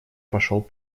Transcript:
пошел